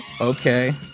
Okay